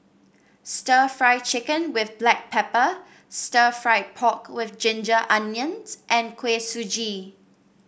stir Fry Chicken with Black Pepper Stir Fried Pork with Ginger Onions and Kuih Suji